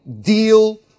deal